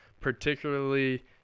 particularly